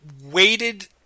waited